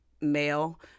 male